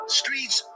streets